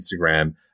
Instagram